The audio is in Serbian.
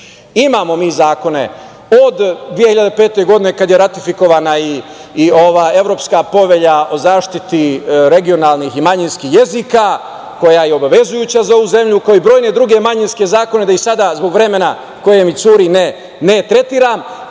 Imamo mi zakone od 2005. godine kada je ratifikovana i Evropska povelja o zaštiti regionalnih i manjinskih jezika, koja je obavezujuća za ovu zemlju, kao i brojne druge manjinske zakone, da ih sada zbog vremena koje mi curi ne tretiram,